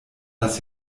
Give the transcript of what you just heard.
das